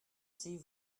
c’est